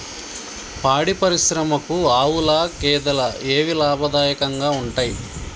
పాడి పరిశ్రమకు ఆవుల, గేదెల ఏవి లాభదాయకంగా ఉంటయ్?